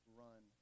run